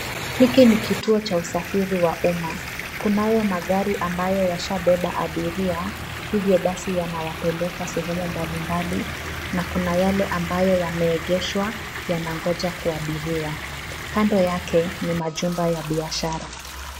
Hiki ni kituo cha usafiri wa umma. Kunayo magari ambayo yashabeba abiria hivyo basi yanawapeleka sehemu mbalimbali na kuna yale ambayo yameegeshwa yanangojea kuabiriwa. Kando yake ni majumba ya biashara.